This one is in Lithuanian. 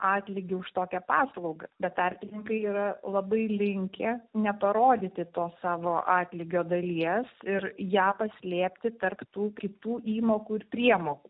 atlygį už tokią paslaugą bet tarpininkai yra labai linkę neparodyti to savo atlygio dalies ir ją paslėpti tarp tų kitų įmokų ir priemokų